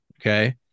okay